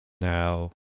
Now